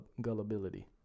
gullibility